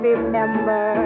Remember